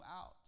out